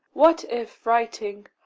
what if, writing,